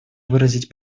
выразить